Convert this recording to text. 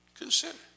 Consider